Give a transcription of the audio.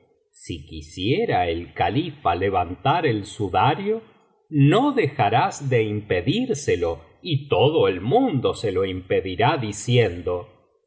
si quisiera el califa levantar el sudario no dejarás de impedírselo y todo el mundo se lo impedirá diciendo